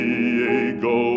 Diego